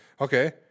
Okay